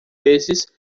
vezes